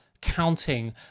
counting